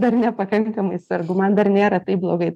dar nepakankamai sergu man dar nėra taip blogai